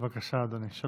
בבקשה, אז יעקב מרגי.